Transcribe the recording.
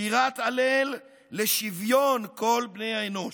שירת הלל לשוויון כל בני האנוש,